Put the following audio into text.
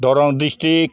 Darrang district